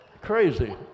crazy